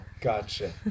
gotcha